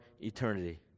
eternity